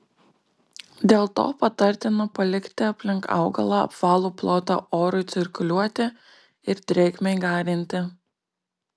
dėl to patartina palikti aplink augalą apvalų plotą orui cirkuliuoti ir drėgmei garinti